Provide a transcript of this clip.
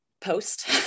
post